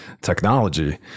technology